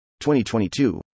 2022